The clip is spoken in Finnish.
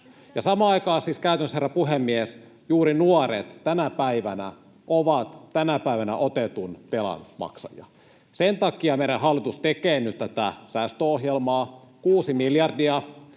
Samaan aikaan siis käytännössä, herra puhemies, juuri nuoret ovat tänä päivänä otetun velan maksajia. Sen takia meidän hallitus tekee nyt tätä säästöohjelmaa, kuusi miljardia,